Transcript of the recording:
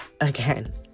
again